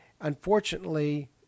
unfortunately